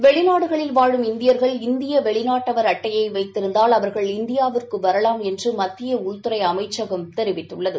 வெளிநாடுகளில் வாழும் இந்தியர்கள் இந்திய வெளிநாட்டவர் அட்டையை வைத்திருந்தால் அவர்கள் இந்தியாவிற்கு வரலாம் என்று மத்திய உள்துறை அமைச்சகம் தெரிவித்துள்ளது